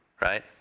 right